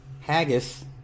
Haggis